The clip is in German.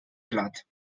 platt